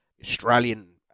Australian